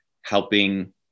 helping